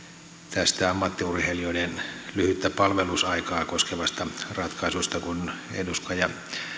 tästä ammattiurheilijoiden lyhyttä palvelusaikaa koskevasta ratkaisusta kun edustaja